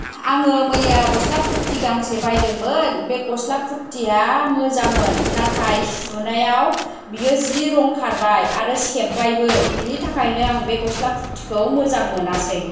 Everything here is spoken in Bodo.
आङो मैया गस्ला कुर्टि गांसे बायदोंमोन बे गस्ला कुर्टिया मोजांमोन नाथाय सुनायाव बेयो जि रं खारबाय आरो सेब्बायबो बिनि थाखायनो आं बे गस्ला कुर्टि खौ मोजां मोनासै